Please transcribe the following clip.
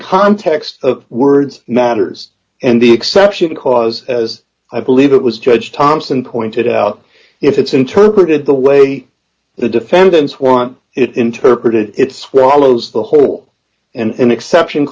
context of words matters and the exception because as d i believe it was judge thompson pointed out if it's interpreted the way the defendants want it interpreted it swallows the whole and exception